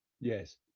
Yes